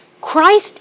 Christ